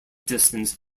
distance